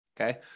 Okay